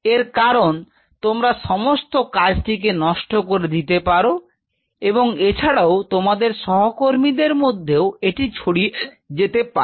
এর কারণ তোমরা সমস্ত কাজটিকে নষ্ট করে দিতে পারো এবং এছাড়াও তোমাদের সহকর্মীদের মধ্যেও এটি ছড়িয়ে যেতে পারে